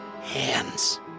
hands